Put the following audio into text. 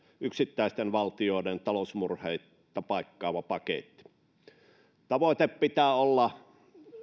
yksittäisten valtioiden talousmurheita paikkaava paketti tavoitteen pitää olla